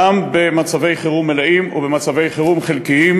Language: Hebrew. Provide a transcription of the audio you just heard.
גם במצבי חירום מלאים ובמצבי חירום חלקיים,